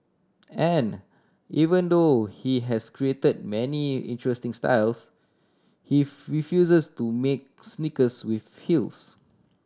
and even though he has created many interesting styles he refuses to make sneakers with feels